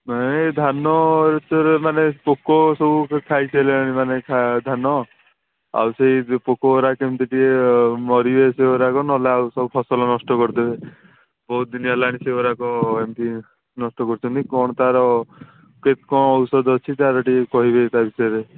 ନାଇଁ ଏ ଧାନ ବିଷୟରେ ମାନେ ପୋକ ସବୁ ଖାଇସାଇଲାଣି ମାନେ ଖା ଧାନ ଆଉ ସେହି ପୋକ ଗୁଡ଼ା କେମିତି ଟିକେ ମରିବେ ସେଗୁଡ଼ାକ ନହେଲେ ଆଉ ସବୁ ଫସଲ ନଷ୍ଟ କରିଦେବେ ବହୁତ ଦିନ ହେଲାଣି ସେଗୁଡ଼ାକ ଏମିତି ନଷ୍ଟ କରୁଛନ୍ତି କ'ଣ ତା'ର କେତ୍ କ'ଣ ଔଷଧ ଅଛି ତା'ର ଟିକେ କହିବେ ତା ବିଷୟରେ